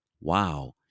wow